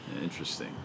Interesting